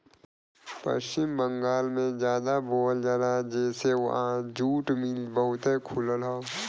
पश्चिम बंगाल में जादा बोवल जाला जेसे वहां जूल मिल बहुते खुलल हौ